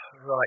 right